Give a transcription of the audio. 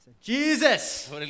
Jesus